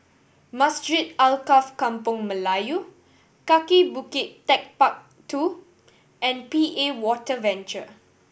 Masjid Alkaff Kampung Melayu Kaki Bukit Techpark Two and P A Water Venture